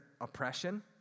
oppression